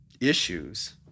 issues